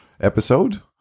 episode